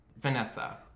vanessa